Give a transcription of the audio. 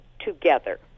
together